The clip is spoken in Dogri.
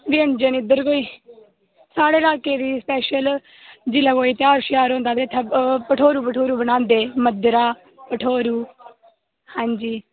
जी जी साढ़े इलाके दी स्पेशल जेल्लै कोई ध्यार होंदा ते इत्थें भठोरू बनांदे मद्दरा भठोरू आं जी